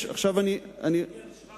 להגיע לציון